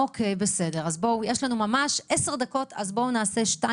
יש לנו 10 דקות אז שתי